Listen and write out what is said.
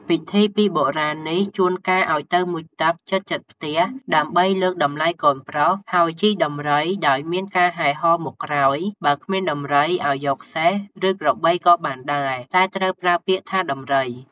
ពិធីពីបុរាណនេះ ជួនកាលអោយទៅមុជទឹកជិតៗផ្ទះ ដើម្បីលើកតម្លៃកូនប្រុស ហើយជិះដំរីដោយមានការហែរហមមុខក្រោយ ។ បើគ្មានដំរី ឲ្យយកសេះ ឬក្របីក៏បានដែរ តែត្រូវប្រើពាក្យថាដំរី ។